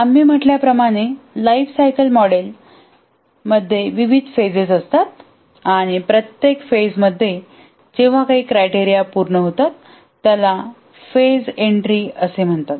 आम्ही म्हटल्याप्रमाणे life cycle model मध्ये विविध फेजेस असतात आणि प्रत्येक फेज मध्ये जेव्हा काही क्रायटेरिया पूर्ण होतात तेव्हा त्याला फेजएन्ट्री असे म्हणतात